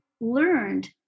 learned